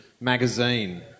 magazine